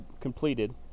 completed